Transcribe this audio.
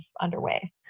underway